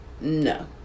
no